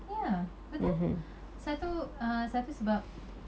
ya betul satu err satu sebab